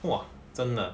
!wah! 真的